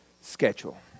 schedule